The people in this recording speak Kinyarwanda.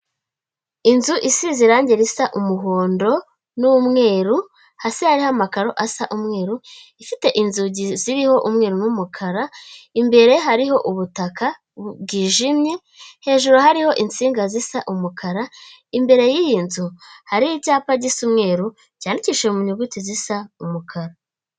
Inzu isize irangi risa umuhondo n'umweru, hasi hariho amakaro asa umweru, ifite inzugi ziriho umweru n'umukara, imbere hariho ubutaka bwijimye, hejuru hariho insinga zisa umukara, imbere y'iyi nzu hariho icyapa gisa umweru cyandikishije mu nyuguti zisa umukara.